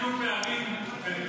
יש ועדת כספים.